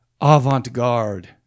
avant-garde